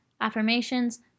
affirmations